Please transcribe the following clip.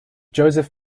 joseph